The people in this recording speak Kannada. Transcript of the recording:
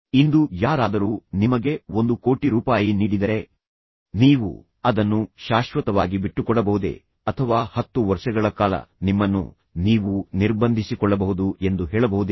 ಇಂದು ಯಾರಾದರೂ ನಿಮಗೆ 1 ಕೋಟಿ ರೂಪಾಯಿ ನೀಡಿದರೆ ನೀವು ಅದನ್ನು ಶಾಶ್ವತವಾಗಿ ಬಿಟ್ಟುಕೊಡಬಹುದೇ ಅಥವಾ 10 ವರ್ಷಗಳ ಕಾಲ ನಿಮ್ಮನ್ನು ನೀವು ನಿರ್ಬಂಧಿಸಿಕೊಳ್ಳಬಹುದು ಎಂದು ಹೇಳಬಹುದೇ